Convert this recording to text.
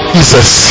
Jesus